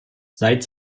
seit